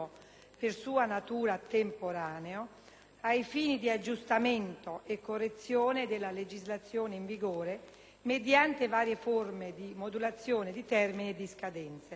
per sua natura temporaneo ai fini di aggiustamento e correzione della legislazione in vigore, mediante varie forme di modulazione di termini e di scadenze.